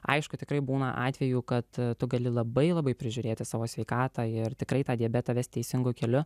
aišku tikrai būna atvejų kad tu gali labai labai prižiūrėti savo sveikatą ir tikrai tą diabetą vest teisingu keliu